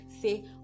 say